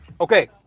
Okay